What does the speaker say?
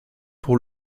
pour